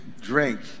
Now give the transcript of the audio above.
drink